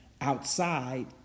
Outside